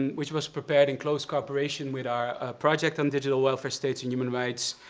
and which was prepared in close cooperation with our project on digital welfare states and human rights,